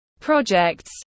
projects